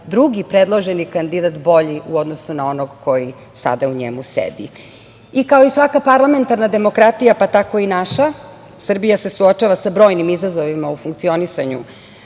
drugi predloženi kandidat bolji u odnosu na onog koji sada u njemu sedi. Kao i svaka parlamentarna demokratija, tako i naša, Srbija se suočava sa brojnim izazovima u funkcionisanju